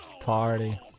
Party